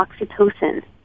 oxytocin